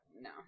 no